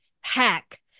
hack